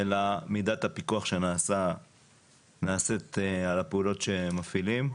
אלא מידת הפיקוח שנעשית על הפעולות שמפעילים.